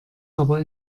aber